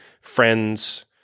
friends